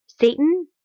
Satan